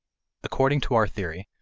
according to our theory,